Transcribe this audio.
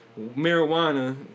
marijuana